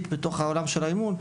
בתוך העולם של האימון,